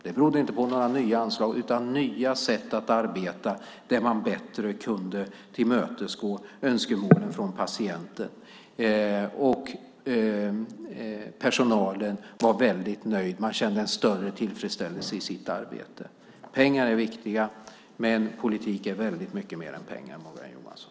Det berodde inte på nya anslag utan nya sätt att arbeta där man bättre kunde tillmötesgå önskemålen från patienter. Personalen var nöjd och kände en större tillfredsställelse i sitt arbete. Pengar är viktiga, men politik är väldigt mycket mer än pengar, Morgan Johansson.